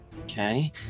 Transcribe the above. Okay